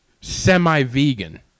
semi-vegan